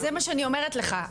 אז זה מה שאני אומרת לך,